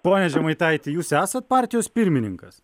pone žemaitaiti jūs esat partijos pirmininkas